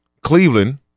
Cleveland